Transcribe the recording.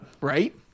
right